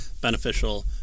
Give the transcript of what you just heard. beneficial